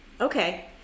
Okay